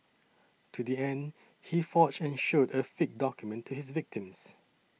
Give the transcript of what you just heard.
to the end he forged and showed a fake document to his victims